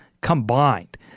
combined